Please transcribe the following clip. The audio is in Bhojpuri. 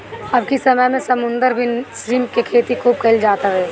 अबकी समय में समुंदर में श्रिम्प के खेती खूब कईल जात हवे